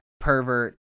pervert